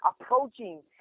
Approaching